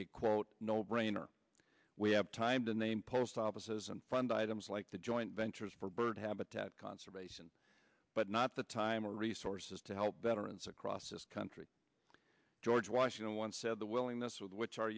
a quote no brainer we have time to name post offices and fund items like the joint ventures for bird habitat conservation but not the time or resources to help veterans across this country george washington once said the willingness with which our